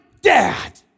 dad